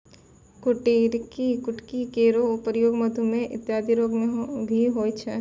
कुटकी केरो प्रयोग मधुमेह इत्यादि रोग म भी होय छै